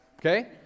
okay